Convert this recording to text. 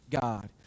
God